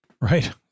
Right